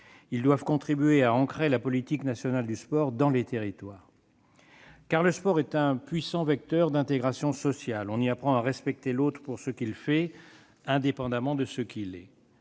Ils doivent contribuer à ancrer la politique nationale du sport dans les territoires. En effet, le sport est un puissant vecteur d'intégration sociale. On y apprend à respecter l'autre pour ce qu'il fait, indépendamment de ce qu'il est.